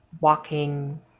walking